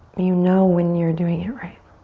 you know when you're doing it right.